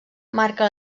marca